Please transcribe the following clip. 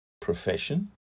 profession